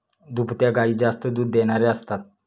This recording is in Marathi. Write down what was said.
दुभत्या गायी जास्त दूध देणाऱ्या असतात